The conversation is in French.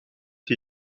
été